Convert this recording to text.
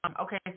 Okay